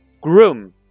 groom